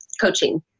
coaching